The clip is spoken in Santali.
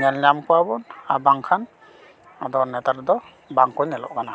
ᱧᱮᱞ ᱧᱟᱢ ᱠᱚᱣᱟ ᱵᱚᱱ ᱟᱨ ᱵᱟᱝᱠᱷᱟᱱ ᱟᱰᱚ ᱱᱮᱛᱟᱨ ᱫᱚ ᱵᱟᱝ ᱠᱚ ᱧᱮᱞᱚᱜ ᱠᱟᱱᱟ